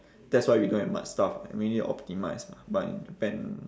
that's why we don't have much stuff mainly optimise mah but in japan